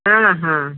हाँ हाँ